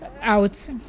out